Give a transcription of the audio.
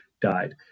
died